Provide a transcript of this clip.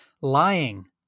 lying